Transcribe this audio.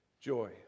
Joy